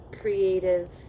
creative